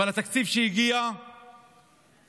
אבל התקציב שהגיע רק